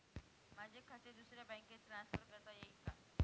माझे खाते दुसऱ्या बँकेत ट्रान्सफर करता येईल का?